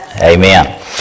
Amen